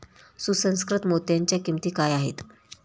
सुसंस्कृत मोत्यांच्या किंमती काय आहेत